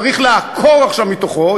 צריך לעקור עכשיו מתוכו,